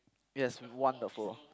yes wonderful